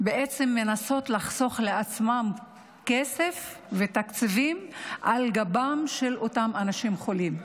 מנסות לחסוך לעצמן כסף ותקציבים על גבם של אותם אנשים חולים.